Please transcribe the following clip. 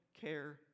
care